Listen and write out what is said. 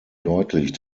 deutlich